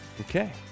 Okay